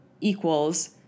equals